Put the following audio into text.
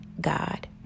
God